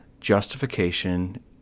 justification